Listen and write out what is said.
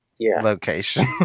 location